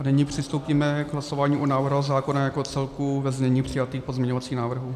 A nyní přistoupíme k hlasování o návrhu zákona jako celku, ve znění přijatých pozměňovacích návrhů.